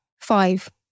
five